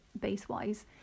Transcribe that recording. base-wise